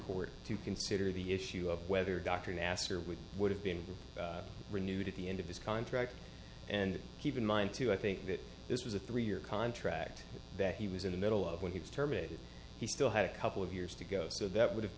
court to consider the issue of whether dr nasser which would have been renewed at the end of his contract and keep in mind too i think that this was a three year contract that he was in the middle of when he was terminated he still had a couple of years to go so that would have